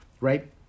right